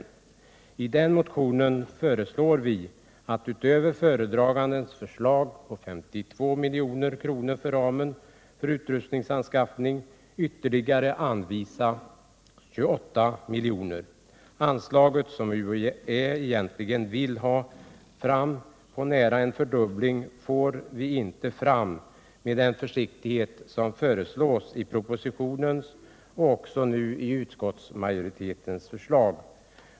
I den motionen föreslår vi att utöver föredragandens förslag på 52 milj.kr. såsom ram för utrustningsanskaffning ytterligare bör anvisas 28 milj.kr. Det anslag som UHÄ egentligen vill ha, dvs. nära en fördubbling, får vi inte fram med den försiktighet som propositionens och utskottsmajoritetens förslag visar.